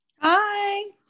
hi